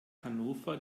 hannover